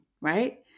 right